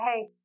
hey